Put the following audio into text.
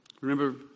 Remember